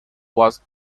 was